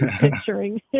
picturing